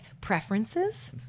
preferences